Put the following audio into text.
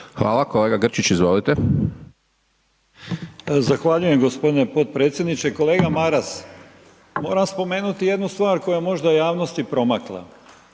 Hvala. Kolega Grčić, izvolite. **Grčić, Branko (SDP)** Zahvaljujem g. potpredsjedniče. Kolega Maras, moram spomenuti jednu stvar koja je možda javnosti promakla.